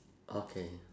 okay